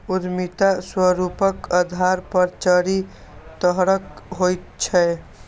उद्यमिता स्वरूपक आधार पर चारि तरहक होइत छैक